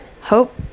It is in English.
hope